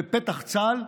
בפתח צה"ל,